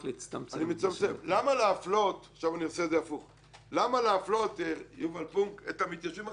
למה להפלות, יובל פונק, את המתיישבים החדשים?